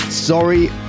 Sorry